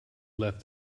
left